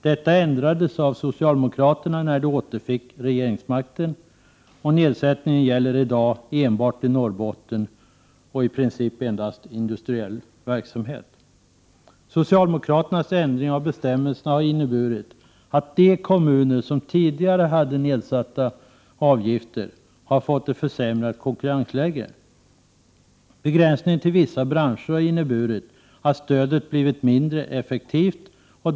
Detta ändrades av socialdemokraterna när de återfick regeringsmakten, och nedsättningen gäller i dag enbart i Norrbotten och i princip endast industriell verksamhet. Socialdemokraternas ändring av bestämmelserna har inneburit att de kommuner som tidigare hade nedsatta avgifter har fått ett försämrat konkurrensläge. Begränsningen till vissa branscher har inneburit att stödet blivit mindre effektivt.